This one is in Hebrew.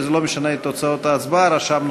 25, אין מתנגדים, אין